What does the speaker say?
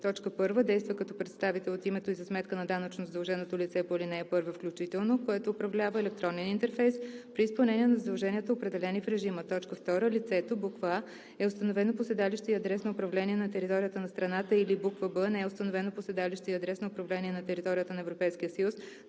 1. действа като представител от името и за сметка на данъчно задълженото лице по ал. 1, включително което управлява електронен интерфейс, при изпълнение на задълженията, определени в режима; 2. лицето: а) е установено по седалище и адрес на управление на територията на страната, или б) не е установено по седалище и адрес на управление на територията на Европейския съюз,